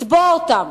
לצבוע אותם